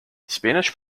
spanish